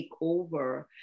takeover